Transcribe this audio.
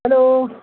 hello